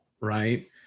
right